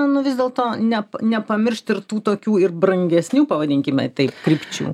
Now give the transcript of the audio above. nu vis dėlto ne nepamiršt ir tų tokių ir brangesnių pavadinkime taip krypčių